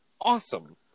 awesome